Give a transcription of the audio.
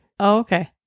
okay